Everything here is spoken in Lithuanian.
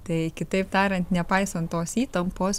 tai kitaip tariant nepaisant tos įtampos